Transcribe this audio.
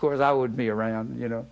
course i would be around you know